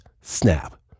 snap